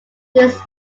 this